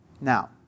Now